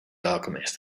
alchemist